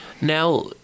Now